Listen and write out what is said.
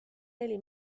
neli